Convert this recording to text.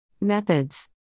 Methods